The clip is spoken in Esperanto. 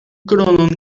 kronon